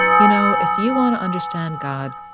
you know, if you want to understand god,